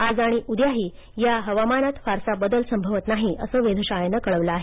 आज आंणि उद्याही या हवामाना फारसा बदल संभवत नाही असं वेधशाळेनं कळवलं आहे